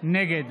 נגד